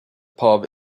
pub